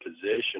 position